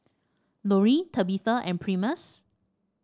Lori Tabitha and Primus